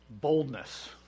boldness